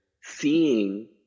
seeing